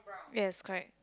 yes correct